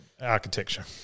architecture